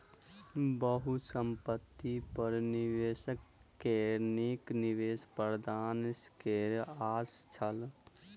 बहुसंपत्ति पर निवेशक के नीक निवेश प्रदर्शन के आस छल